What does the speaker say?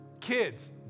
Kids